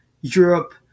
Europe